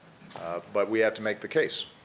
but, we have to make the case,